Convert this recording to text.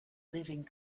living